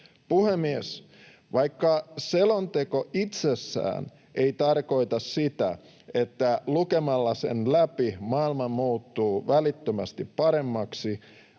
Puhemies! Vaikka selonteko itsessään ei tarkoita sitä, että lukemalla sen läpi maailma muuttuu välittömästi paremmaksi,